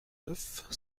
neuf